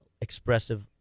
expressive